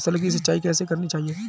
फसल की सिंचाई कैसे करनी चाहिए?